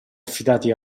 affidati